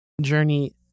journey